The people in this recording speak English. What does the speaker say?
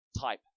type